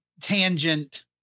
tangent